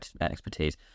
expertise